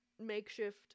makeshift